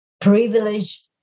privilege